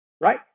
Right